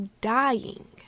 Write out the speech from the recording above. dying